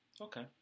Okay